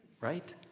right